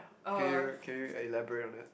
here okay I elaborate on it